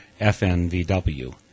FNVW